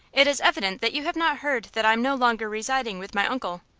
it is evident that you have not heard that i am no longer residing with my uncle.